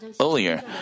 Earlier